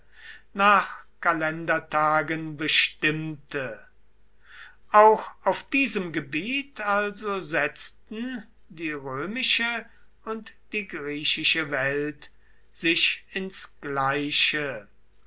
nach kalendertagen bestimmte auch auf diesem gebiet also setzten die römische und die griechische welt sich ins gleiche